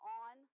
on